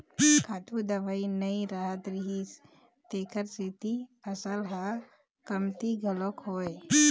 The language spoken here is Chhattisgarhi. खातू दवई नइ रहत रिहिस तेखर सेती फसल ह कमती घलोक होवय